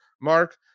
mark